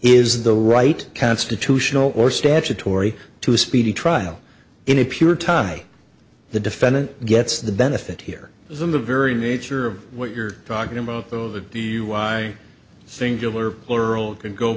is the right constitutional or statutory to a speedy trial in a pure tie the defendant gets the benefit here is of the very nature of what you're talking about though that the you why singular plural can go